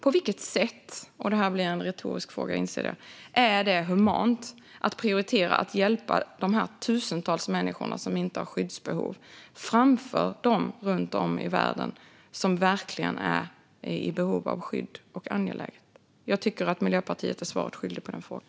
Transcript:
På vilket sätt - jag inser att detta blir en retorisk fråga - är det humant att prioritera att hjälpa dessa tusentals människor som inte har skyddsbehov framför dem runt om i världen som verkligen är i behov av skydd? Jag tycker att Miljöpartiet är svaret skyldigt på den frågan.